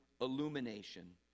illumination